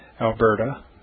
Alberta